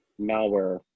malware